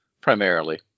primarily